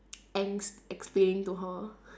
angst explaining to her